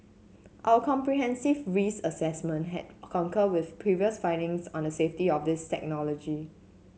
our comprehensive risk assessment has concurred with previous findings on the safety of this technology